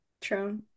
True